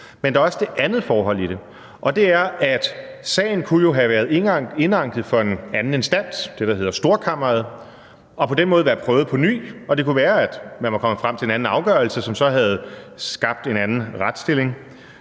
andet er der det forhold i det, at sagen jo kunne have været indanket for en anden instans, nemlig det, der hedder Storkammeret, og på den måde være prøvet på ny. Og det kunne være, at man var kommet frem til en anden afgørelse, som så havde skabt en anden retsstilling.